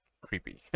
creepy